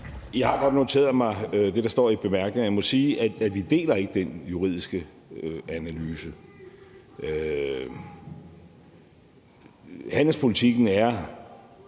Jeg har godt noteret mig det, der står i bemærkningerne. Jeg må sige, at vi ikke deler den juridiske analyse. Handelspolitikken er